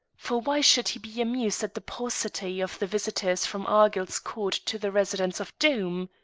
for why should he be amused at the paucity of the visitors from argyll's court to the residence of doom?